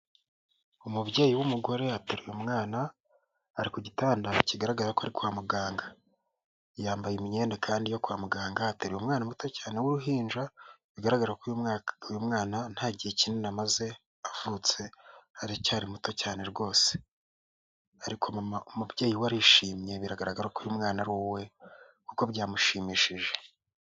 Umubyeyi w'umugore ateruye umwana ari ku gitanda kigaragara ko ari kwa muganga, yambaye imyenda kandi yo kwa muganga, ateruye umwana muto cyane w'uruhinja, rugaragara ko uyu mwana nta gihe kinini amaze avutse aracyari muto cyane rwose ariko mama umubyeyi we arishimye biragaragara ko uyu mwana ari uwe kuko byamushimishije.